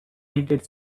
united